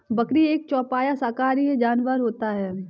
बकरी एक चौपाया शाकाहारी जानवर होता है